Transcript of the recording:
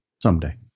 someday